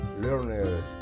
learners